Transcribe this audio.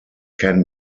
can